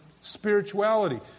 spirituality